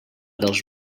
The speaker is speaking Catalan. dels